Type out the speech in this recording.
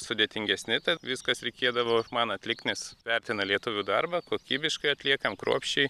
sudėtingesni tai viskas reikėdavo man atlikt nes vertina lietuvių darbą kokybišką atliekam kruopščiai